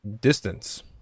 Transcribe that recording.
distance